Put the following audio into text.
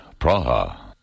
Praha